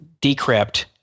decrypt